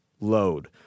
load